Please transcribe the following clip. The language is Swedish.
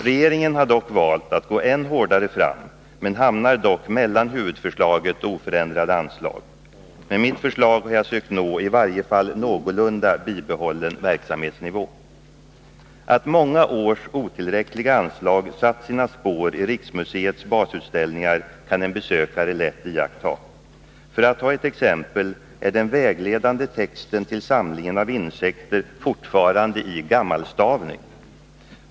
Regeringen har valt att gå än hårdare fram men hamnar dock mellan huvudförslaget och oförändrade anslag. Med mitt förslag har jag sökt nå i varje fall någorlunda bibehållen verksamhetsnivå. Att många års otillräckliga anslag satt sina spår i Riksmuseets basutställningar kan en besökare lätt iaktta. För att ta ett exempel vill jag nämna att den vägledande texten till samlingen av insekter fortfarande har gammalstavning.